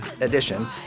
Edition